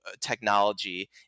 technology